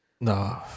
No